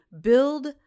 build